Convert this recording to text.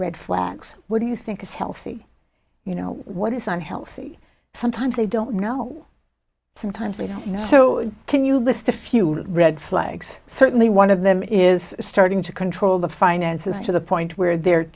red flags what do you think is healthy you know what isn't healthy sometimes they don't know sometimes we don't know so can you list a few red flags certainly one of them is starting to control the finances to the point where they're